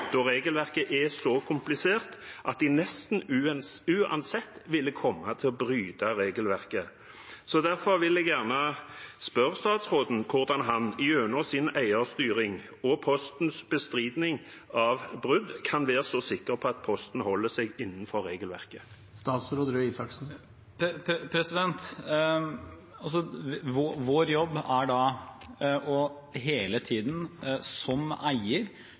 da regelverket er så komplisert at de nesten uansett ville komme til å bryte regelverket. Derfor vil jeg gjerne spørre statsråden hvordan han gjennom sin eierstyring og Postens bestridelse av brudd kan være så sikker på at Posten holder seg innenfor regelverket. Vår jobb som eier er hele tiden å spørre, ha dialog med selskapene, og vise til det som